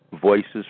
voices